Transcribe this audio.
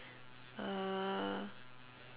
uh